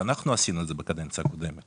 זה בקדנציה הקודמת